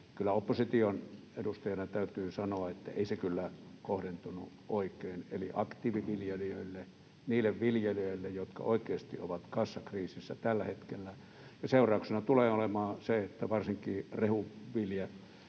opposition edustajana täytyy sanoa, että ei se kyllä kohdentunut oikein eli aktiiviviljelijöille, niille viljelijöille, jotka oikeasti ovat kassakriisissä tällä hetkellä, ja seurauksena tulee olemaan se, että varsinkin rehuvilja-aloja